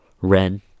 Ren